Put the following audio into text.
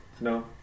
No